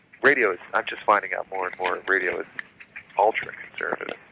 radio is, i'm just finding out more and more radio is ultra conservative.